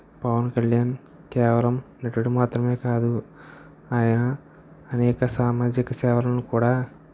పవన్ కళ్యాణ్ కేవలం నటుడు మాత్రమే కాదు ఆయన అనేక సామాజిక సేవలను కూడా